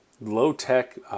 low-tech